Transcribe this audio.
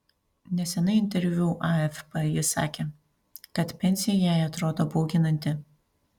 neseniai interviu afp ji sakė kad pensija jai atrodo bauginanti